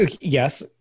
Yes